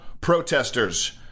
protesters